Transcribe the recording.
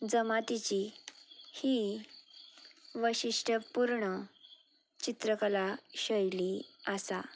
जमातीची ही वैशिश्ट्यपूर्ण चित्रकला शैली आसा